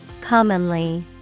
Commonly